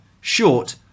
short